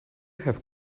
have